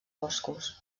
boscos